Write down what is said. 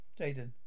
Jaden